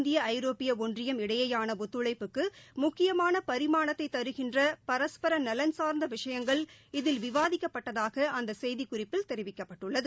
இந்திய ஐரோப்பியஒன்றியம் இடையேயானஒத்துழைப்புக்குமுக்கியமானபரிமாணத்தைதருகின்றபரஸ்பரநலன் சார்ந்தவிஷயங்கள் இதில் விவாதிக்கப்பட்டதாகஅந்தசெய்திக்குறிப்பில் தெரிவிக்கப்பட்டுள்ளது